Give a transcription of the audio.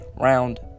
Round